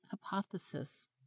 hypothesis